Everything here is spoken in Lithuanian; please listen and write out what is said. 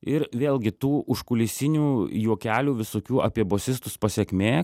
ir vėlgi tų užkulisinių juokelių visokių apie bosistus pasekmė